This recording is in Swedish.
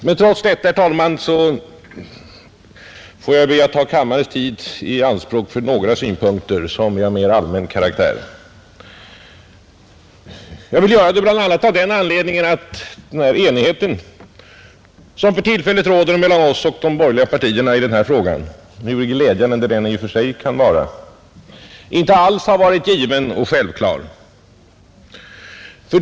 Men trots detta, herr talman, ber jag att få ta kammarens tid i anspråk för några synpunkter som är av mera allmän karaktär. Jag vill göra det bl.a. av den anledningen att den enighet som för tillfället råder mellan oss och de borgerliga i denna fråga — hur glädjande den än i och för sig kan vara — inte alls har varit given och självklar.